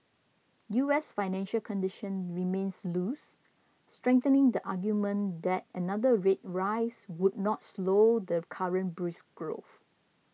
U S financial condition remains loose strengthening the argument that another rate rise would not slow the current brisk growth